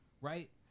Right